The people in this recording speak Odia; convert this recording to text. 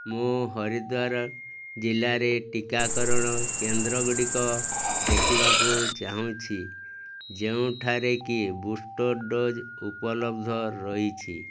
ମୁଁ ହରିଦ୍ଵାର ଜିଲ୍ଲାରେ ଟିକାକରଣ କେନ୍ଦ୍ରଗୁଡ଼ିକ ଦେଖିବାକୁ ଚାହୁଁଛି ଯେଉଁଠାରେ କି ବୁଷ୍ଟର୍ ଡୋଜ୍ ଉପଲବ୍ଧ ରହିଛି